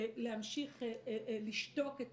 להמשיך לשתוק את